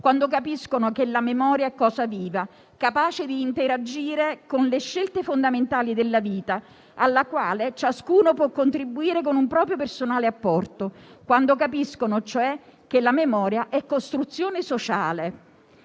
quando capiscono che la memoria è cosa viva, capace di interagire con le scelte fondamentali della vita, alla quale ciascuno può contribuire con un proprio personale apporto, quando capiscono, cioè, che la memoria è costruzione sociale.